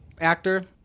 actor